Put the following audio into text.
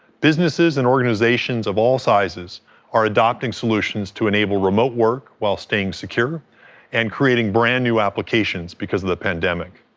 businesses and organizations of all sizes are adopting solutions to enable remote work while staying secure and creating brand new applications because of the pandemic.